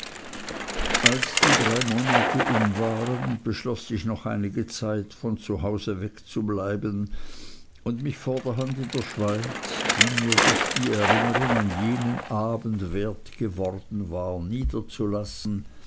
als die drei monate um waren beschloß ich noch einige zeit von hause wegzubleiben und mich vorderhand in der schweiz die mir durch die erinnerung an jenen abend wert geworden war niederzulassen